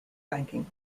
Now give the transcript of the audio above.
banking